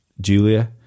Julia